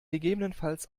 gegebenenfalls